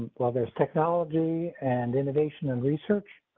while there's technology and innovation and research.